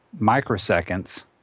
microseconds